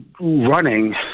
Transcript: running